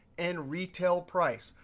and retail price.